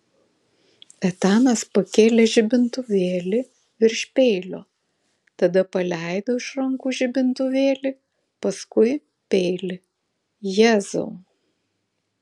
etanas pakėlė žibintuvėlį virš peilio tada paleido iš rankų žibintuvėlį paskui peilį jėzau